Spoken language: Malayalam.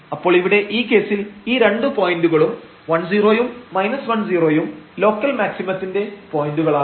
അപ്പോൾ ഇവിടെ ഈ കേസിൽ ഈ രണ്ടു പോയന്റുകളും 10യും 10യും ലോക്കൽ മാക്സിമത്തിന്റെ പോയന്റുകളാണ്